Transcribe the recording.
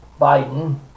biden